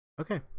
Okay